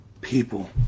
people